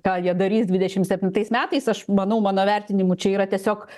ką jie darys dvidešim septintais metais aš manau mano vertinimu čia yra tiesiog